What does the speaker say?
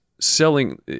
selling